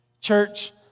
Church